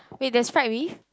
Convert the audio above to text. wait there is fried beef